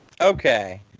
Okay